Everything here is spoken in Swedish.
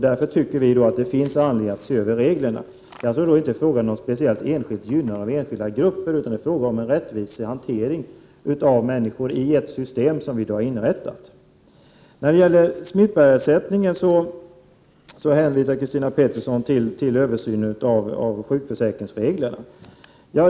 Därför tycker vi att det finns anledning att se över reglerna. Det är inte fråga om att speciellt gynna enskilda grupper utan om rättvis hantering av människor i ett system som vi har inrättat. När det gäller smittbärarersättningen hänvisar Christina Pettersson till översynen av sjukförsäkringsreglerna.